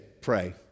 pray